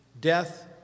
death